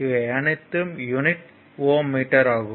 இவை அனைத்துக்கும் unit Ω metre ஆகும்